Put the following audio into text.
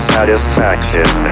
Satisfaction